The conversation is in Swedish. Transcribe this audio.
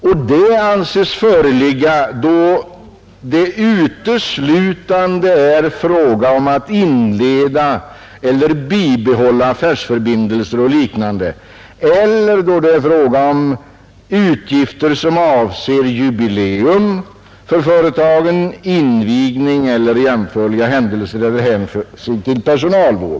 Och det anses föreligga då det uteslutande är fråga om att inleda eller bibehålla affärsförbindelser och liknande, då det är fråga om utgifter som avser jubileum för företagen, invigning eller jämförliga händelser eller hänför sig till personalvård.